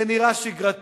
זה נראה שגרתי,